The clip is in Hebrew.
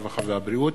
הרווחה והבריאות.